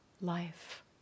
life